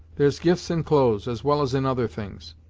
there's gifts in clothes, as well as in other things.